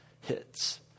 hits